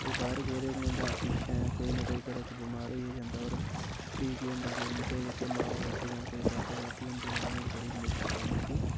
ओह् बाह्र गेदे होङन तां पिच्छै कोई ना कोई घरै च बमार होई गै जंदा और प्ही केह् होंदा उं'दे जेह्के मां बब्ब जां कोई दादा दादी होंदे उ'नें गी बड़ी मुश्कल बनी जंदी